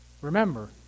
remember